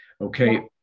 Okay